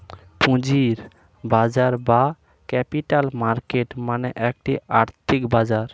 পুঁজির বাজার বা ক্যাপিটাল মার্কেট মানে একটি আর্থিক বাজার